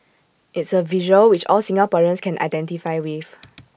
it's A visual which all Singaporeans can identify with